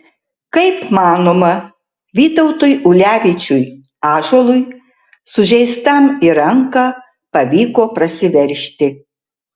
kaip manoma vytautui ulevičiui ąžuolui sužeistam į ranką pavyko prasiveržti